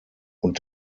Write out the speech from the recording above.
und